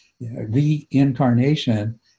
Reincarnation